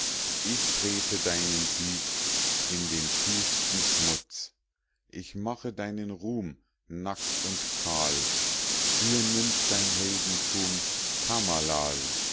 ich trete deinen sieg in den tiefsten schmutz ich mache deinen ruhm nackt und kahl dir nimmt dein heldentum tamalal